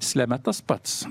sleme tas pats